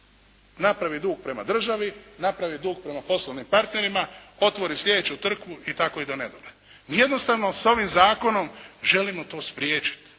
naprave dug prema državi, naprave dug prema poslovnim partnerima, otvori sljedeću tvrtku i tako idu u nedogled. Mi jednostavno s ovim zakonom želimo to spriječiti.